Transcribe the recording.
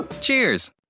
Cheers